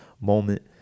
moment